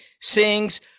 Sings